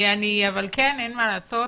אבל אין מה לעשות,